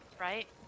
Right